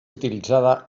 utilitzada